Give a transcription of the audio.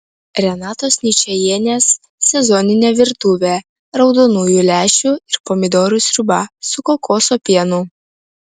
renatos ničajienės sezoninė virtuvė raudonųjų lęšių ir pomidorų sriuba su kokosų pienu